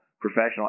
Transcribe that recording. professional